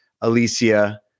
Alicia